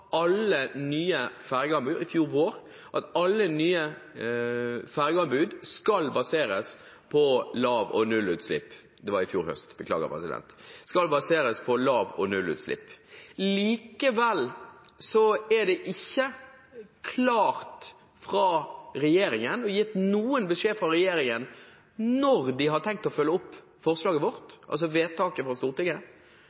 alle nye fergeanbud skal baseres på lav- og nullutslipp. Likevel er det ikke gitt noen beskjed fra regjeringen om når den har tenkt å følge opp forslaget vårt,